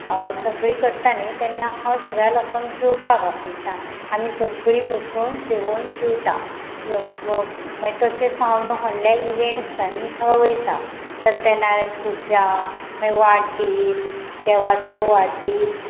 सगळीं करता न्ही तेन्ना हांव सगळ्या लोकांक जेवपाक आफयता आमी सगळीं बसून जेवण जेवता मागीर तशेंच हांव न्हू व्हडले इवेंट आसता न्ही थंय वयता सत्यनारायण पुजा मागीर वाडदीस देवाचो वाडदीस